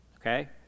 okay